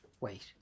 Wait